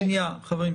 לבדוק.